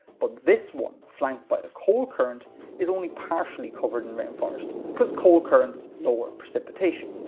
but this one flanked by a cold current is only partially covered in rainforest because cold currents lower precipitation.